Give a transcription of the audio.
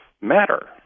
matter